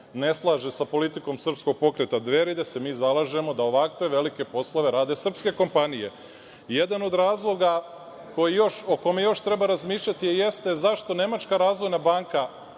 ne slaže sa politikom Srpskog pokreta Dveri. Mi se zalažemo da ovakve velike poslove rade srpske kompanije. Jedan od razloga o kome još treba razmišljati jeste zašto Nemačka razvojna banka